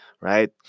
right